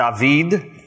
David